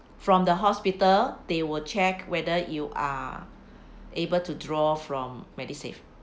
from the hospital they will check whether you are able to draw from MediSave